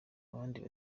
abandi